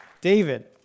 David